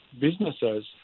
businesses